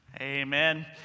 Amen